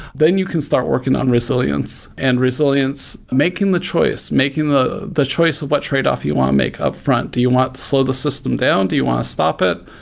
then you can start working on resilience, and resilience making the choice, making the the choice of what tradeoff you want to make upfront. do you want to slow the system down? do you want to stop it?